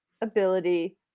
ability